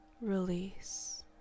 release